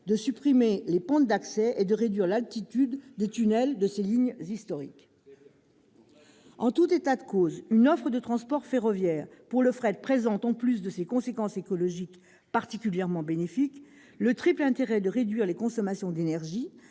de supprimer les pentes d'accès et de réduire l'altitude des tunnels de ses lignes historiques. Très bien ! En tout état de cause, une offre de transport ferroviaire pour le fret présente, en plus de ses conséquences écologiques particulièrement bénéfiques, le triple intérêt de réduire les consommations d'énergie,